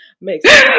Makes